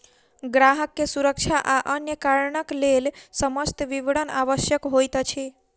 ग्राहक के सुरक्षा आ अन्य कारणक लेल समस्त विवरण आवश्यक होइत अछि